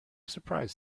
surprised